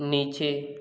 नीचे